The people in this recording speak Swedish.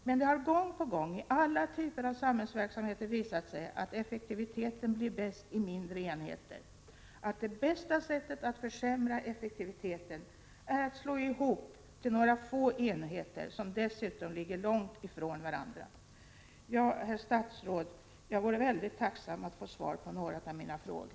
Det har dock gång på gång, i alla typer av samhällsverksamheter, visat sig att effektiviteten blir bäst i mindre enheter Det bästa sättet att försämra effektiviteten är att slå ihop och bilda bara någrd få enheter som dessutom ligger långt från varandra. Ja, herr statsråd, jag vore alltså väldigt tacksam om jag kunde få svar pi några av mina frågor.